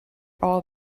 all